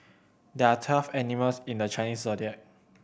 there are twelve animals in the Chinese Zodiac